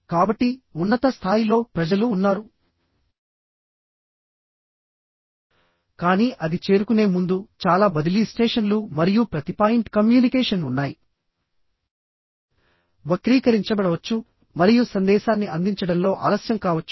కాబట్టిఉన్నత స్థాయిలో ప్రజలు ఉన్నారు కానీ అది చేరుకునే ముందు చాలా బదిలీ స్టేషన్లు మరియు ప్రతి పాయింట్ కమ్యూనికేషన్ ఉన్నాయి వక్రీకరించబడవచ్చు మరియు సందేశాన్ని అందించడంలో ఆలస్యం కావచ్చు